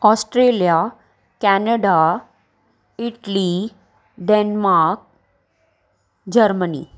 Australia Canada Italy Denmark Germany